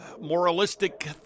moralistic